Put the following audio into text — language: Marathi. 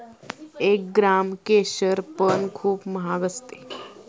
एक ग्राम केशर पण खूप महाग असते